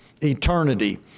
Eternity